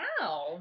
Wow